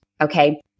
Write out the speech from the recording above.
Okay